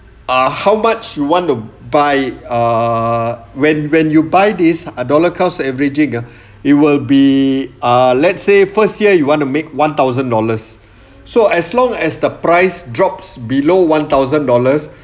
ah how much you want to buy err when when you buy this err dollar cost averaging ah it will be ah let's say first year you want to make one thousand dollars so as long as the price drops below one thousand dollars